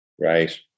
Right